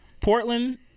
Portland